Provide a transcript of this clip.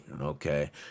okay